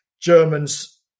Germans